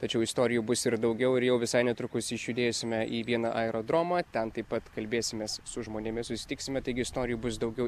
tačiau istorijų bus ir daugiau ir jau visai netrukus išjudėsime į vieną aerodromą ten taip pat kalbėsimės su žmonėmis susitiksime taigi istorijų bus daugiau